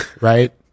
right